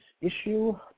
issue